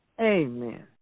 Amen